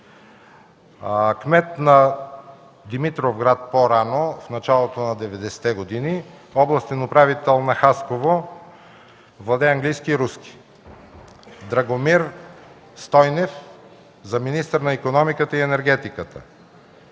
кмет на Димитровград – в началото на 90-те години, областен управител на Хасково. Владее английски и руски. - Драгомир Стойнев – министър на икономиката и енергетиката.